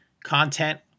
Content